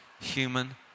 human